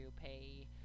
pay